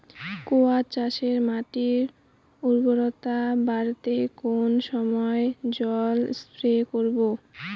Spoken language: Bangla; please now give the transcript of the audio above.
কোয়াস চাষে মাটির উর্বরতা বাড়াতে কোন সময় জল স্প্রে করব?